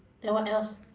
then what else